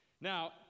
now